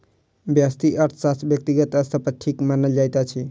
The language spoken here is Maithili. व्यष्टि अर्थशास्त्र व्यक्तिगत स्तर पर ठीक मानल जाइत अछि